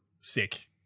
sick